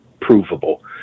provable